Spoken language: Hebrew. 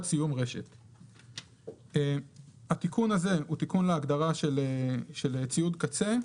סיום רשת"." התיקון הזה הוא תיקון להגדרה של ציוד קצה.